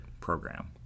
program